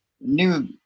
new